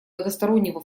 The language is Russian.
многостороннего